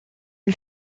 lui